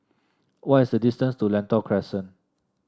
what is the distance to Lentor Crescent